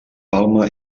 palma